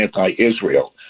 anti-Israel